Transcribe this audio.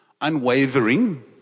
unwavering